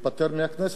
אתמול.